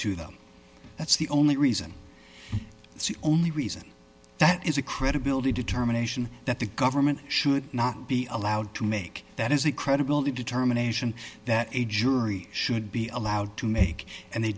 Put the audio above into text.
to them that's the only reason the only reason that is a credibility determination that the government should not be allowed to make that is a credibility determination that a jury should be allowed to make and they